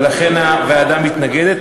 ולכן הוועדה מתנגדת.